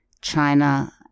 China